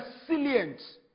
resilient